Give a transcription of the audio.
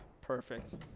Perfect